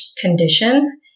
condition